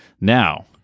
Now